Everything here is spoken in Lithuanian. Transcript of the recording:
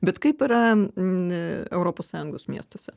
bet kaip yra n europos sąjungos miestuose